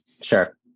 Sure